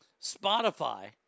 Spotify